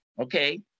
Okay